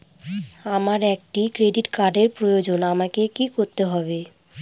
আমার একটি ক্রেডিট কার্ডের প্রয়োজন আমাকে কি করতে হবে?